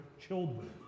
children